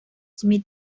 smith